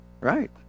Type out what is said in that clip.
Right